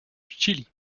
chili